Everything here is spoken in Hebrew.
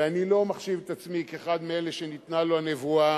ואני לא מחשיב את עצמי כאחד מאלה שניתנה לו הנבואה,